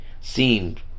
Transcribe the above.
seemed